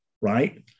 Right